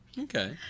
Okay